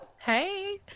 Hey